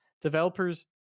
Developers